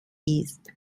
ist